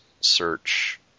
search